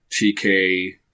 TK